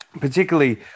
particularly